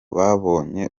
babonye